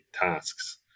tasks